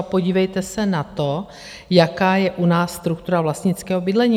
A podívejte se na to, jaká je u nás struktura vlastnického bydlení.